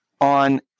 on